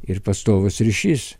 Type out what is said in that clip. ir pastovus ryšys